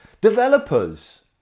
developers